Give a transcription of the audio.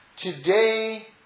today